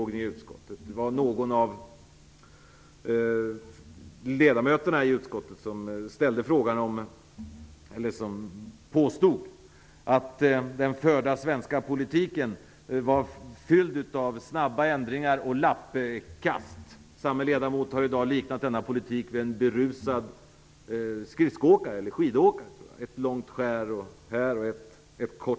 Någon av ledamöterna i utskottet påstod att den förda svenska politiken var fylld av snabba ändringar och lappkast. Samme ledamot har i dag liknat denna politik vid en berusad skridsko eller skidåkare. Man tar ett långt skär här och ett kort där.